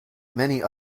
many